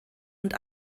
und